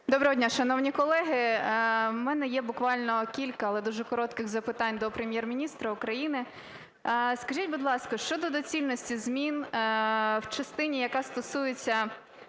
Доброго дня, шановні колеги. В мене є буквально кілька, але дуже коротких запитань до Прем’єр-міністра України. Скажіть, будь ласка, щодо доцільності змін в частині, яка стосується